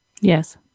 Yes